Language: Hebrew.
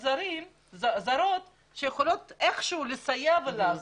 הזרות שיכולות איכשהו לסייע ולעזור.